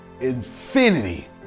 infinity